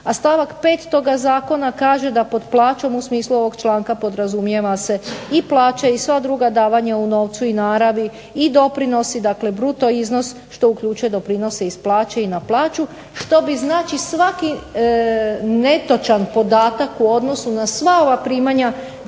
a stavak 5. toga zakona kaže da pod plaćom, u smislu ovog članka podrazumijeva se i plaća i sva druga davanja u novcu i naravi i doprinosi, dakle bruto iznos što uključuje doprinose iz plaće i na plaću, što bi znači svaki netočan podatak u odnosu na sva ova primanja